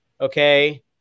okay